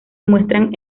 muestran